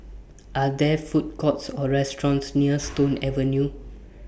Are There Food Courts Or restaurants near Stone Avenue